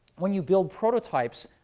when you build prototypes,